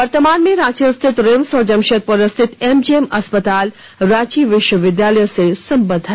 वर्तमान में रांची स्थित रिम्स और जमशेदपुर स्थित एमजीएम अस्पताल रांची विश्वविद्यालय से संबंद्व है